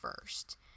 first